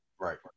Right